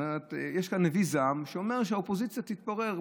יש כאן נביא זעם שאומר שהאופוזיציה תתפורר.